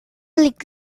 liegt